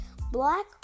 Black